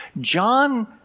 John